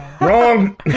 Wrong